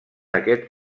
aquest